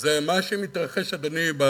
זה מה שמתרחש, אדוני,